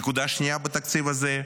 נקודה שנייה בתקציב הזה,